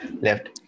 Left